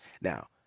Now